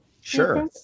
Sure